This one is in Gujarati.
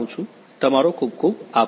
તમારો ખૂબ ખૂબ આભાર